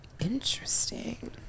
Interesting